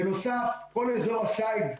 בנוסף, כל אזור א-סייד,